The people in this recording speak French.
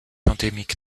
endémique